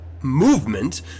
movement